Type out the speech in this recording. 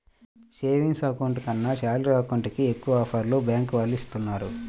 savings account కన్నా salary account కి ఎక్కువ ఆఫర్లను బ్యాంకుల వాళ్ళు ఇస్తున్నారు